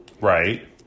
Right